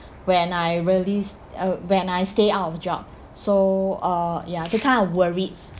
when I really st~ uh when I stay out of job so uh ya that kind of worries